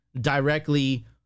Directly